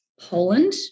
Poland